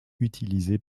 utilisé